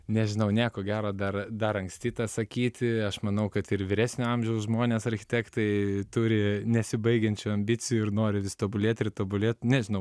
nežinau nieko gero dar dar anksti tą sakyti aš manau kad ir vyresnio amžiaus žmonės architektai turi nesibaigiančių ambicijų ir nori vis tobulėt ir tobulėt nežinau